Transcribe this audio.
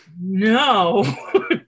No